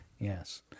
Yes